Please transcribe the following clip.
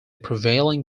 prevailing